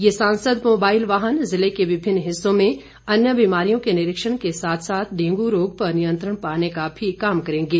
ये सांसद मोबाईल वाहन ज़िले के विभिन्न हिस्सों में अन्य बीमारियों के निरीक्षण के साथ साथ डेंगू रोग पर नियंत्रण पाने का भी काम करेंगे